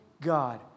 God